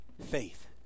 faith